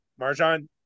Marjan